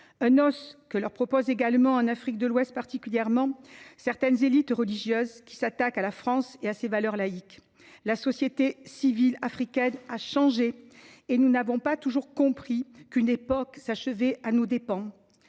celui que proposent en Afrique de l’Ouest certaines élites religieuses, qui s’attaquent à la France et à ses valeurs laïques. La société civile africaine a changé, et nous n’avons pas compris qu’une époque s’achevait à nos dépens.